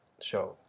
show